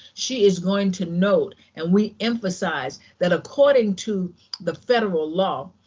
she is going to note, and we emphasize, that according to the federal law,